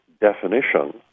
definition